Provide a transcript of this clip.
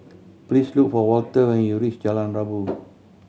please look for Walter when you reach Jalan Rabu